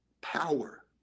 Power